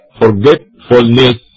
forgetfulness